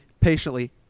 patiently